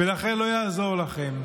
ולכן לא יעזור לכם.